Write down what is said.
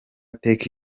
take